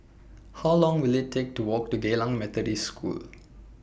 How Long Will IT Take to Walk to Geylang Methodist School